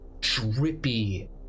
drippy